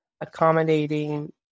accommodating